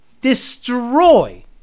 destroy